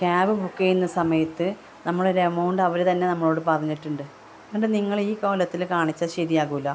cab book ചെയ്യുന്ന സമയത്ത് നമ്മൾ ഒരു എമൗണ്ട് അവർ തന്നെ നമ്മളോട് പറഞ്ഞിട്ടുണ്ട് എന്നിട്ട് നിങ്ങൾ ഈ കോലത്തിൽ കാണിച്ചാൽ ശരിയാകില്ല